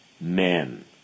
men